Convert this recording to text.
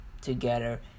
together